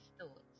thoughts